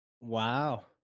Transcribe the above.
Wow